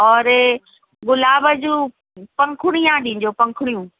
और गुलाब जूं पंखुड़िया ॾिजो पंखुड़ियूं